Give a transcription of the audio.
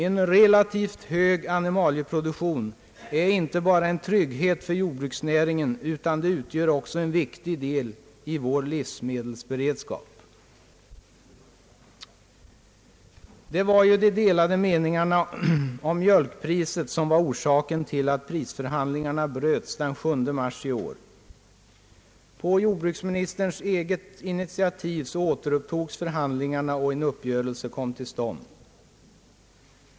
En relativt hög animalieproduktion innebär inte bara en trygghet för jordbruksnäringen utan är också en viktig del i vår livsmedelsberedskap. Det var ju de delade meningarna om mjölkpriset som var orsaken till att prisförhandlingarna bröts den 7 mars i år. På jordbruksministerns eget intiativ återupptogs förhandlingarna, och en uppgörelse kom till stånd.